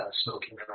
smoking